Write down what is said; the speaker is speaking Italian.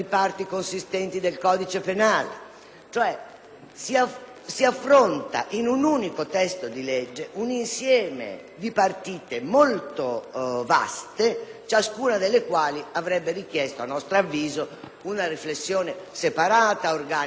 Si affronta, cioè, in un unico testo di legge un insieme di partite molto vaste, ciascuna delle quali avrebbe richiesto, a nostro avviso, una riflessione separata ed organica.